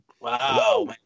Wow